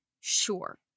sure